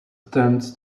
attempts